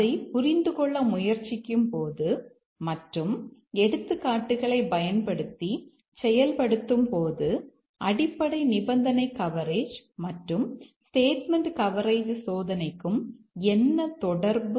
அதை புரிந்துகொள்ள முயற்சிக்கும்போது மற்றும் எடுத்துக்காட்டுகளை பயன்படுத்தி செயல்படுத்தும்போது அடிப்படை நிபந்தனை கவரேஜ் மற்றும் ஸ்டேட்மென்ட் கவரேஜ் சோதனைக்கும் என்ன தொடர்பு